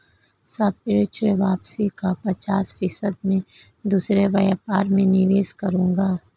सापेक्ष वापसी का पचास फीसद मैं दूसरे व्यापार में निवेश करूंगा